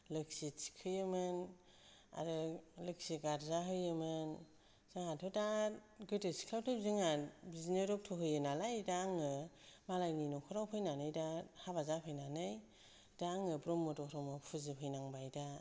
लोखि थिखोयोमोन आरो लोखि गारजा होयोमोन जोंहाथ' दा गोदो सिख्लायावथ' जोंहा बिदिनो रक्त' होयो नालाय दा आङो मालायनि नखराव फैनानै दा हाबा जाफैनानै दा आङो ब्रह्म धर्म फुजिफैनांबाय दा